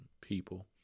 people